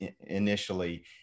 initially